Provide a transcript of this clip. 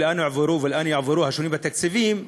לאן הועברו ולאן יועברו השינויים בתקציבים,